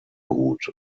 gut